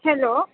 hello